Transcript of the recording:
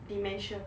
dementia